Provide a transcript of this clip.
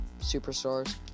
superstars